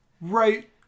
right